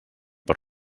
per